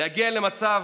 להגיע למצב